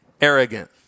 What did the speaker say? arrogant